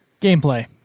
Gameplay